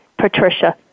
Patricia